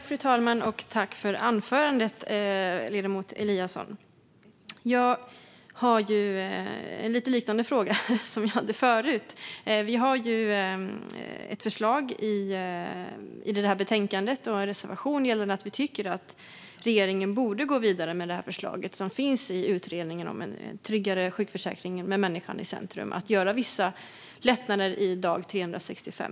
Fru talman! Tack för anförandet, ledamoten Eliasson! Jag har en fråga som lite grann liknar den jag hade förut. Vi har ju ett förslag i det här betänkandet, och en reservation, gällande att vi tycker att regeringen borde gå vidare med det förslag som finns i utredningen om en tryggare sjukförsäkring med människan i centrum - att göra vissa lättnader i reglerna om dag 365.